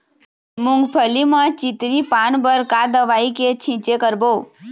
मूंगफली म चितरी पान बर का दवई के छींचे करबो?